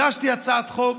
הגשתי הצעת חוק,